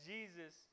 Jesus